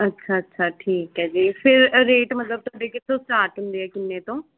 ਅੱਛਾ ਅੱਛਾ ਠੀਕ ਹੈ ਜੀ ਫਿਰ ਰੇਟ ਮਤਲਬ ਤੁਹਾਡੇ ਕਿਥੋਂ ਸਟਾਰਟ ਹੁੰਦੇ ਆ ਕਿੰਨੇ ਤੋਂ